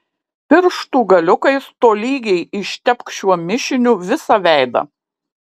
pirštų galiukais tolygiai ištepk šiuo mišiniu visą veidą